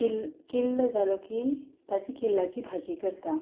किल्ल किल्ल जालो की ताजी किल्लाची भाजी करता